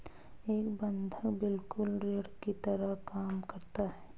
एक बंधक बिल्कुल ऋण की तरह काम करता है